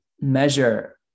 measure